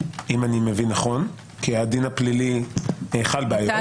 אם אני מבין נכון כי הדין הפלילי חל באיו"ש.